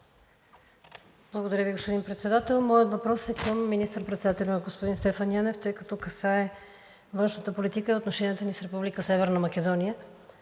Благодаря Ви, господин Председател. Моят въпрос е към министър-председателя господин Стефан Янев, тъй като касае външната политика и отношенията ни с Република